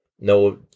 no